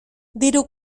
diru